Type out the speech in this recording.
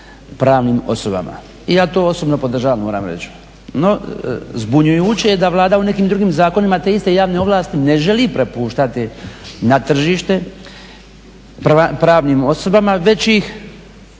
pravnim osobama. I ja to osobno podržavam moram reći. No zbunjujuće je da Vlada u nekim drugim zakonima te iste javne ovlasti ne želi propuštati na tržište pravnim osobama već ih